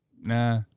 nah